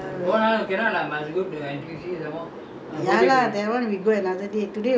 ya lah that [one] we go another day today will be very crowded we don't go and buy things today